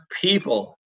people